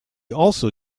also